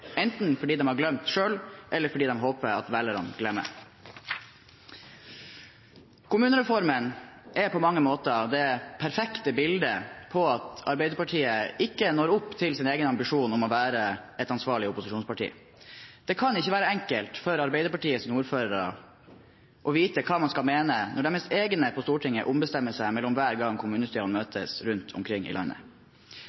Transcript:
enten fordi de har glemt det selv, eller fordi de håper at velgerne glemmer. Kommunereformen er på mange måter det perfekte bildet på at Arbeiderpartiet ikke når opp til sin egen ambisjon om å være et ansvarlig opposisjonsparti. Det kan ikke være enkelt for Arbeiderpartiets ordførere å vite hva man skal mene når deres egne på Stortinget ombestemmer seg mellom hver gang kommunestyrene